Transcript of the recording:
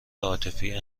عاطفی